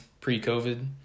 pre-covid